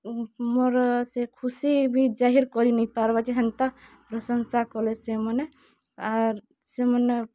ମୋର୍ ସେ ଖୁସି ବି ଜାହିର୍ କରି ନାଇଁ ପାର୍ବା ଯେ ହେନ୍ତା ପ୍ରଶଂସା କଲେ ସେମାନେ ଆର୍ ସେମାନେ